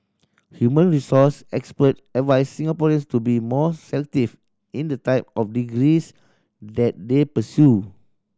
human resource expert advised Singaporeans to be more selective in the type of degrees that they pursue